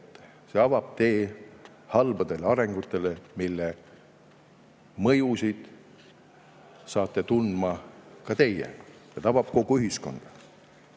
see avab tee halbadele arengutele, mille mõjusid saavad tundma ka nemad ja mis tabavad kogu ühiskonda.